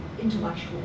intellectual